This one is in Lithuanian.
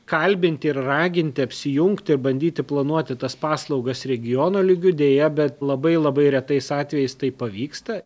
kalbinti ir raginti apsijungti ir bandyti planuoti tas paslaugas regiono lygiu deja bet labai labai retais atvejais tai pavyksta